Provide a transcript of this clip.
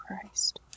Christ